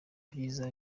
byiza